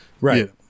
right